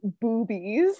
boobies